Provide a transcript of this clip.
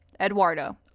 Eduardo